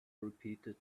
repeated